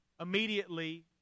Immediately